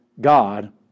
God